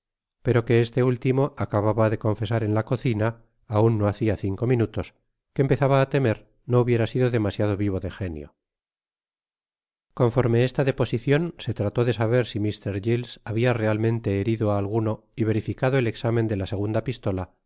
pero que este último acababa de confesar en la cocina aun no hacia cinco minutos que empezaba á temer no hubiera sido demasiado vivo de genio conforme esta deposicion se trató de saber si mr gües habia realmente herido á alguno y verificado el examen de la segunda pistola